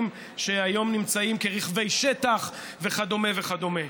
שהיום משמשים כרכבי שטח וכדומה וכדומה.